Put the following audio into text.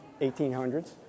1800s